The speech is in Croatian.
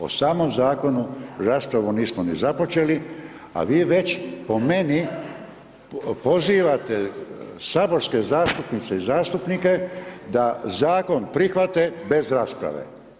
O samom zakonu raspravu nismo ni započeli a vi već po meni pozivate saborske zastupnice i zastupnike da zakon prihvate bez rasprave.